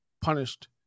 punished